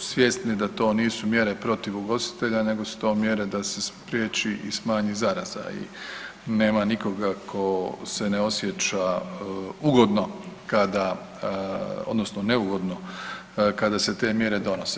svjesni da to nisu mjere protiv ugostitelja nego su to mjere da se spriječi i smanji zaraza i nema nikoga ko se ne osjeća ugodno kada odnosno neugodno kada se te mjere donose.